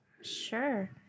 sure